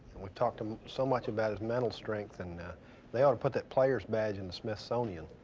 we talked um so much about his mental strength, and they'll put that players badge in smithsonian.